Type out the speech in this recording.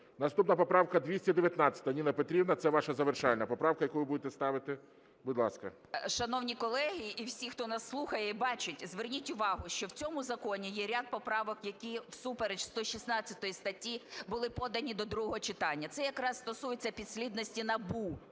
Наступна поправка 219. Ніна Петрівна, це ваша завершальна поправка, яку ви будете ставити. Будь ласка. 11:43:47 ЮЖАНІНА Н.П. Шановні колеги і всі, хто нас слухає і бачить, зверніть увагу, що в цьому законі є ряд поправок, які всупереч 116 статті були подані до другого читання. Це якраз стосується підслідності НАБУ.